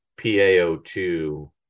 PaO2